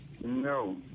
No